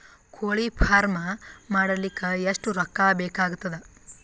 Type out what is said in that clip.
ಕೋಳಿ ಫಾರ್ಮ್ ಮಾಡಲಿಕ್ಕ ಎಷ್ಟು ರೊಕ್ಕಾ ಬೇಕಾಗತದ?